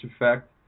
effect